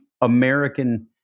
American